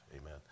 Amen